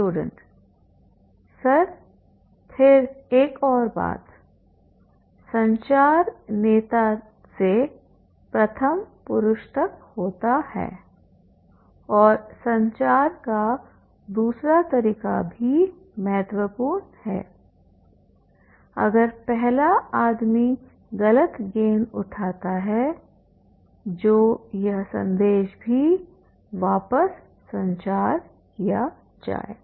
student sir फिर एक और बात संचार नेता से प्रथम पुरुष तक होता है और संचार का दूसरा तरीका भी महत्वपूर्ण है अगर पहला आदमी गलत गेंद उठाता है जो यह संदेश भी वापस संचार किया जाए